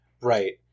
Right